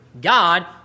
God